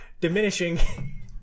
diminishing